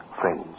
friends